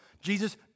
Jesus